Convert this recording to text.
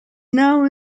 now